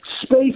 space